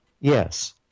Yes